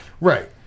Right